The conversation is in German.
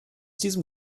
diesem